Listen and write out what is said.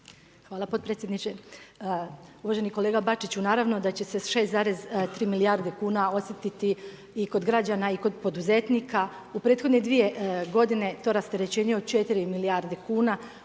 Hvala potpredsjedniče. Uvaženi kolega Bačiću, naravno da će se 6,3 milijarde kuna osjetiti i kod građana i kod poduzetnika. U prethodne 2 g. to rasterećenje od 4 milijarde